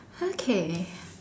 okay